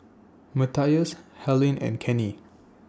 Matthias Helyn and Kenny